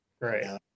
right